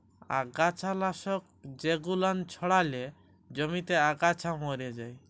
আগাছা লাশক জেগুলান ছড়ালে জমিতে আগাছা ম্যরে যায়